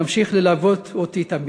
ימשיך ללוות אותי תמיד.